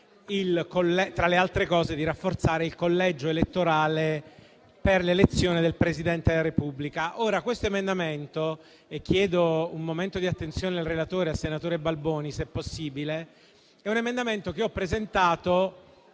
tra le altre cose, di rafforzare il collegio elettorale per l'elezione del Presidente della Repubblica. Ora questo emendamento - chiedo un momento di attenzione al relatore, senatore Balboni, se è possibile - l'ho presentato